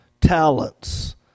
talents